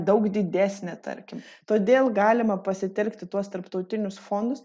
daug didesnė tarkim todėl galima pasitelkti tuos tarptautinius fondus